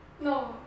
No